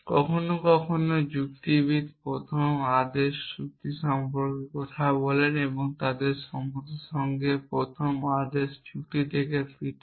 কখনও কখনও যুক্তিবিদ প্রথম আদেশ যুক্তি সম্পর্কে কথা বলেন এবং তারা সমতা সঙ্গে প্রথম আদেশ যুক্তি থেকে পৃথক